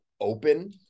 open